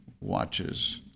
watches